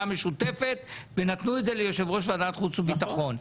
המשותפת ונתנו את זה ליושב ראש ועדת חוץ וביטחון.